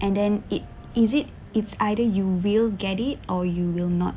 and then it is it it's either you will get it or you will not